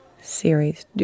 series